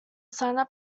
sign